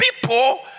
people